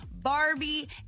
Barbie